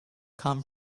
come